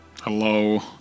Hello